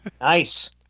Nice